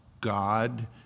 god